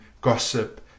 gossip